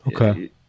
okay